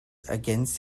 against